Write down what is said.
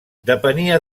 depenia